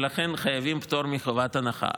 ולכן חייבים פטור מחובת הנחה.